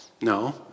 No